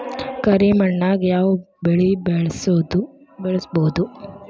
ಕರಿ ಮಣ್ಣಾಗ್ ಯಾವ್ ಬೆಳಿ ಬೆಳ್ಸಬೋದು?